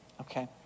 Okay